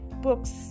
Books